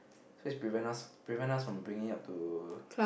so is prevent us prevent us from bringing up to